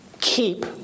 keep